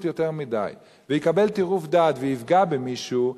יותר מדי ויקבל טירוף דעת ויפגע במישהו,